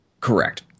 Correct